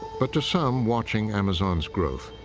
but to some watching amazon's growth,